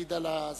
להקפיד על הזמן.